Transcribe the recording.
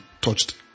touched